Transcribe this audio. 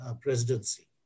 presidency